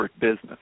business